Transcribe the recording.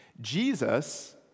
Jesus